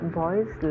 boy's